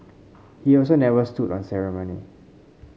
he also never stood on ceremony